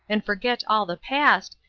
and forget all the past,